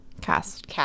cast